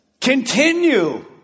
Continue